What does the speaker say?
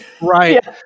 Right